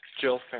Jill